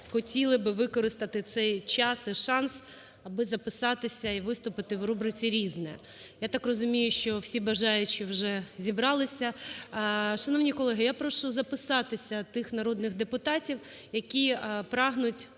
хотіли би використати цей час і шанс, аби записатися і виступити в рубриці "різне". Я так розумію, що всі бажаючі вже зібралися. Шановні колеги, я прошу записатися тих народних депутатів, які прагнуть